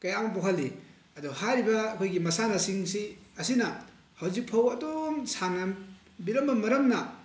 ꯀꯌꯥ ꯑꯃ ꯄꯣꯛꯍꯜꯂꯤ ꯑꯗꯣ ꯍꯥꯏꯔꯤꯕ ꯑꯩꯈꯣꯏꯒꯤ ꯃꯁꯥꯟꯅꯁꯤꯡꯁꯤ ꯑꯁꯤꯅ ꯍꯧꯖꯤꯛ ꯐꯥꯎꯕ ꯑꯗꯨꯝ ꯁꯥꯟꯅꯕꯤꯔꯝꯕ ꯃꯔꯝꯅ